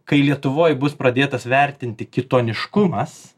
kai lietuvoj bus pradėtas vertinti kitoniškumas